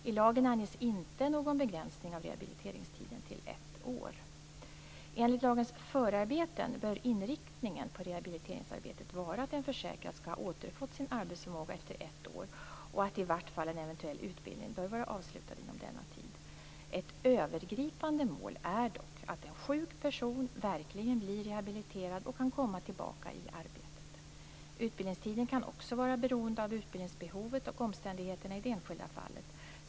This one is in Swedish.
I lagen anges inte någon begränsning av rehabiliteringstiden till ett år. Enligt lagens förarbeten bör inriktningen på rehabiliteringsarbetet vara att en försäkrad skall ha återfått sin arbetsförmåga efter ett år och att i vart fall en eventuell utbildning bör vara avslutad inom denna tid. Ett övergripande mål är dock att en sjuk person verkligen blir rehabiliterad och kan komma tillbaka i arbete. Utbildningstiden kan också vara beroende av utbildningsbehovet och omständigheterna i det enskilda fallet.